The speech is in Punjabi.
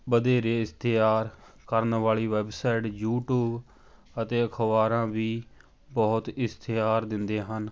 ਵਧੇਰੇ ਇਸ਼ਤਿਹਾਰ ਕਰਨ ਵਾਲੀ ਵੈੱਬਸਾਈਟ ਯੂਟਿਊਬ ਅਤੇ ਅਖ਼ਬਾਰਾਂ ਵੀ ਬਹੁਤ ਇਸ਼ਤਿਹਾਰ ਦਿੰਦੇ ਹਨ